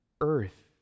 earth